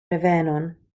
revenon